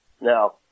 Now